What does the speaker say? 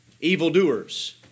evildoers